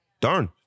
darn